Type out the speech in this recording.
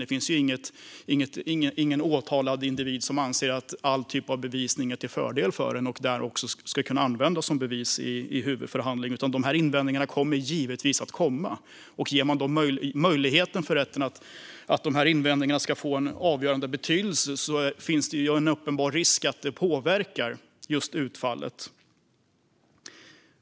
Det finns ju ingen åtalad individ som anser att all typ av bevisning är till fördel för en och därmed också ska kunna användas som bevis i huvudförhandling. Dessa invändningar kommer givetvis att komma, och finns möjligheten att ge dem avgörande betydelse finns en uppenbar risk för att detta påverkar utfallet.